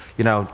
you know,